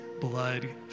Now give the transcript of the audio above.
blood